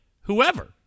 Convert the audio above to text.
whoever